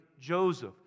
Joseph